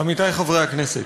עמיתי חברי הכנסת,